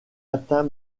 atteint